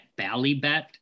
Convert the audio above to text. Ballybet